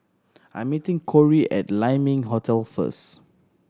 I'm meeting Korey at Lai Ming Hotel first